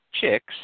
chicks